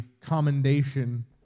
commendation